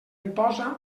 imposa